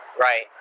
Right